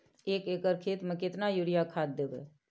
एक एकर खेत मे केतना यूरिया खाद दैबे?